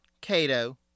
Cato